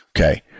Okay